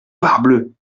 parbleu